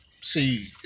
See